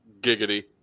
Giggity